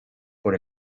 por